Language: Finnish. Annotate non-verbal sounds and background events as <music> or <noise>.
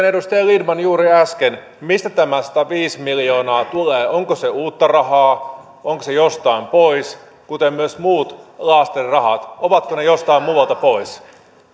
<unintelligible> edustaja lindtman juuri äsken mistä tämä sataviisi miljoonaa tulee onko se uutta rahaa onko se jostain pois kuten myös muut laastarirahat ovatko ne jostain muualta pois